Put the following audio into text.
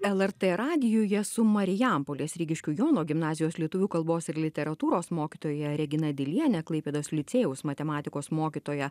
lrt radijuje su marijampolės rygiškių jono gimnazijos lietuvių kalbos ir literatūros mokytoja regina diliene klaipėdos licėjaus matematikos mokytoja